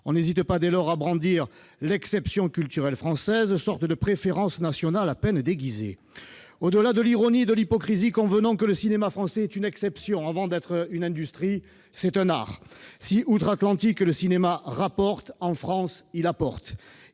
On n'hésite pas à brandir l'« exception culturelle française », sorte de préférence nationale à peine déguisée ... Au-delà de l'ironie et de l'hypocrisie, convenons que le cinéma français est une exception. Avant d'être une industrie, il est un art. Si, outre-Atlantique, le cinéma rapporte, en France, il apporte